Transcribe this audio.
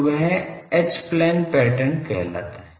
तो वह H plane pattern कहलाता है